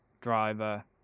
driver